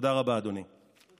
תודה רבה, אדוני.